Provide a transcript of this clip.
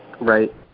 Right